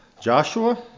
Joshua